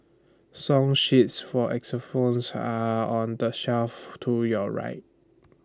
song sheets for xylophones are on the shelf to your right